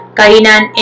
Kainan